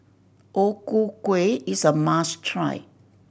O Ku Kueh is a must try